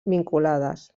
vinculades